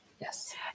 Yes